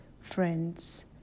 friends